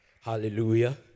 Hallelujah